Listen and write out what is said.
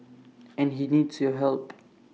and he needs your help